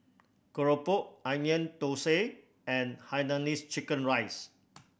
keropok Onion Thosai and Hainanese chicken rice